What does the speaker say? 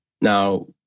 Now